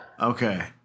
Okay